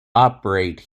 operate